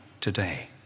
today